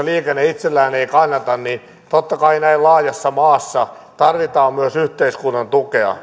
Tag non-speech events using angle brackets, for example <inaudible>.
<unintelligible> liikenne itsellään ei kannata niin totta kai näin laajassa maassa tarvitaan myös yhteiskunnan tukea